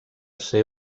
ser